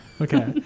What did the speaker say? Okay